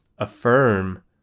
affirm